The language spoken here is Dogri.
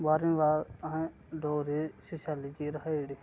बाह्रमीं बाद असें डोगरी ते सोशियोलाजी रखाई उड़ी